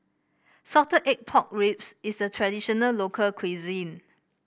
Salted Egg Pork Ribs is a traditional local cuisine